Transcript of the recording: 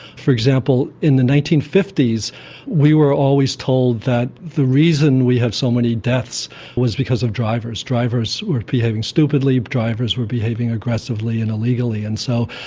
for example, in the nineteen fifty s we were always told that the reason we have so many deaths was because of drivers drivers were behaving stupidly, drivers were behaving aggressively and illegally. and so,